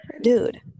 Dude